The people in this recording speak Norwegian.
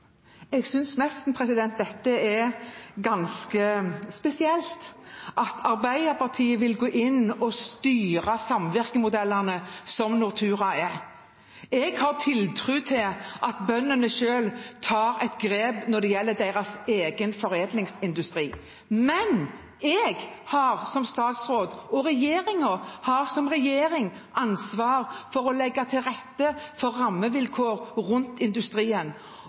er ganske spesielt at Arbeiderpartiet vil gå inn og styre samvirkemodellen, som Nortura er. Jeg har tiltro til at bøndene selv tar et grep når det gjelder deres egen foredlingsindustri. Men jeg har som statsråd og regjeringen har som regjering ansvar for å legge til rette for rammevilkår rundt industrien,